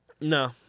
No